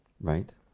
right